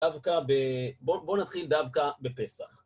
דווקא ב... בוא נתחיל דווקא בפסח.